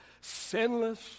sinless